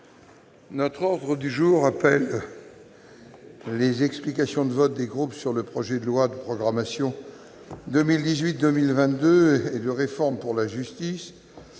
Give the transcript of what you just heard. L'ordre du jour appelle les explications de vote des groupes sur le projet de loi de programmation 2018-2022 et de réforme pour la justice